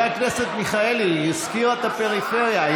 חבר הכנסת מיכאלי, היא הזכירה את הפריפריה.